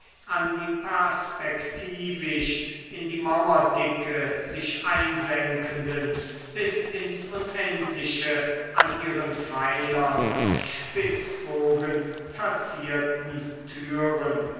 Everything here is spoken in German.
an die perspektivisch in die mauerdicke sich einsenkenden bis ins unendliche an ihren pfeilern und spitzbogen verzierten türen